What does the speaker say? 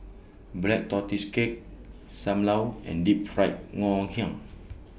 Black Tortoise Cake SAM Lau and Deep Fried Ngoh Hiang